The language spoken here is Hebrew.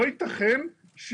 לא ייתכן,